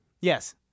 Yes